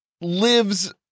lives